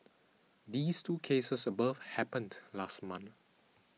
these two cases above happened last month